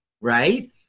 right